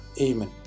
Amen